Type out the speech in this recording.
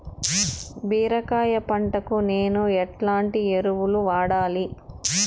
బీరకాయ పంటకు నేను ఎట్లాంటి ఎరువులు వాడాలి?